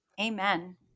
Amen